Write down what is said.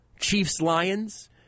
Chiefs-Lions